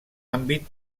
àmbit